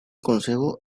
concejo